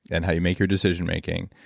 and how you make your decision making.